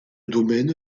domaine